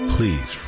Please